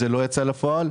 זה לא יצא לפועל,